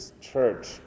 Church